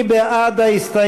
יצחק